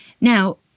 Now